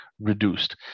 reduced